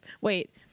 wait